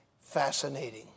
fascinating